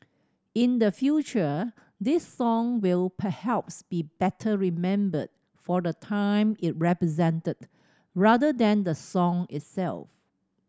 in the future this song will perhaps be better remembered for the time it represented rather than the song itself